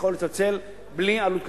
הוא יכול לצלצל בלי עלות כספית.